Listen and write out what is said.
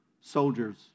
soldier's